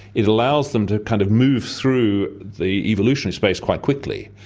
it allows them to kind of move through the evolutionary space quite quickly.